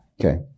Okay